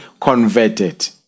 converted